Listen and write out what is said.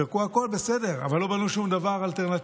פירקו הכול, בסדר, אבל לא בנו שום דבר אלטרנטיבי.